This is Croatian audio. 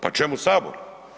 Pa čemu Sabor?